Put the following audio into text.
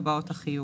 זה מה שקובע?